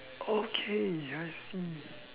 okay I see